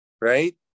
right